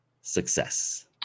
success